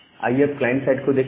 आइए अब client side को देखते हैं